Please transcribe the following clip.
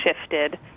shifted